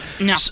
No